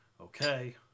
Okay